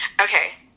okay